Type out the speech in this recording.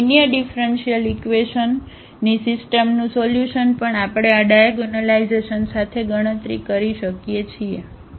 અને linear differential equation ની સિસ્ટમનું સોલ્યુશનપણ આપણે આ ડાયાગોનલાઇઝેશન સાથે ગણતરી કરી શકીએ છીએ